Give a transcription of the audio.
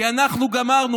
כי אנחנו גמרנו.